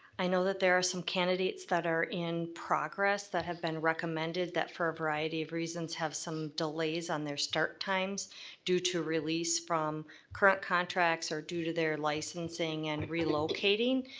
i know that there are some candidates that are in progress that have been recommended that for a variety of reasons have some delays on their start times due to release from current contracts. or due to their licensing and relocating.